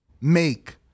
make